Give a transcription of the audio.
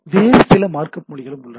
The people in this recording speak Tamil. வேறு சில மார்க்அப் மொழிகள் உள்ளன